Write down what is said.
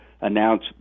announce